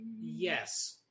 yes